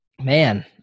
man